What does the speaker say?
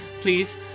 please